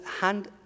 hand